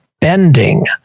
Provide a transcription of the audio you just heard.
bending